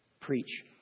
preach